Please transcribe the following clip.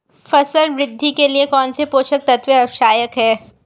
फसल वृद्धि के लिए कौनसे पोषक तत्व आवश्यक हैं?